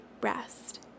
rest